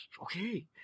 Okay